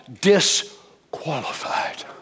disqualified